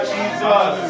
Jesus